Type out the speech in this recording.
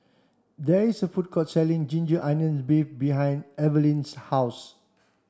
there is a food court selling ginger onions beef behind Eveline's house